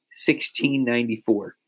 1694